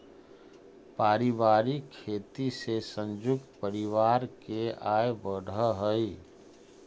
पारिवारिक खेती से संयुक्त परिवार के आय बढ़ऽ हई